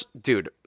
Dude